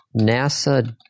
NASA